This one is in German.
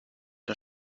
der